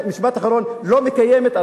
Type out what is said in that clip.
משפט אחרון לא מקיימת,